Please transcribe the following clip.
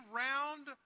round